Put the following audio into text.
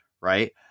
Right